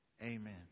Amen